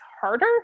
harder